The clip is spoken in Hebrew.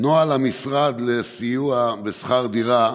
נוהל המשרד לסיוע בשכר דירה,